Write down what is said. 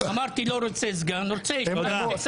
לא רוצה סגן, רוצה ועדת כספים.